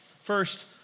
First